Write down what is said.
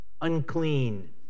unclean